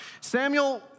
Samuel